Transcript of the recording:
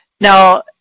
Now